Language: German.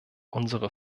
unsere